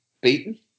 beaten